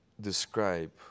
describe